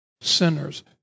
sinners